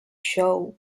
show